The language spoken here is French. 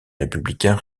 républicain